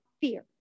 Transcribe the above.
fear